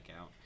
out